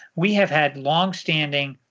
we have had longstanding